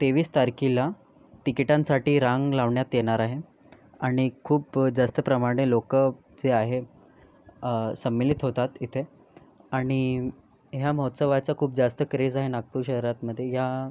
तेवीस तारखेला तिकिटांसाठी रांग लावण्यात येणार आहे आणि खूप जास्त प्रमाणे लोकं जे आहे संमिलित होतात इथे आणि या महोत्सवाचा खूप जास्त क्रेझ आहे नागपूर शहरात मध्ये या